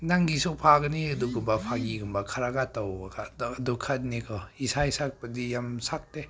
ꯅꯪꯒꯤꯁꯨ ꯐꯥꯒꯅꯤ ꯑꯗꯨꯒꯨꯝꯕ ꯐꯥꯒꯤꯒꯨꯝꯕ ꯈꯔꯒ ꯇꯧꯔꯒ ꯑꯗꯨꯈꯛꯅꯤꯀꯣ ꯏꯁꯩ ꯁꯛꯄꯗꯤ ꯌꯥꯝ ꯁꯛꯇꯦ